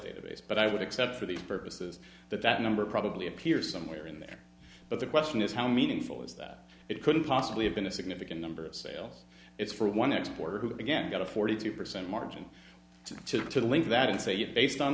database but i would except for the purposes that that number probably appears somewhere in there but the question is how meaningful is that it couldn't possibly have been a significant number of sales it's for one x four who again got a forty two percent margin to link that and say you've based on